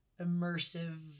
immersive